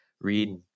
read